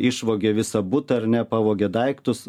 išvogė visą butą ar ne pavogė daiktus